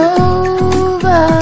over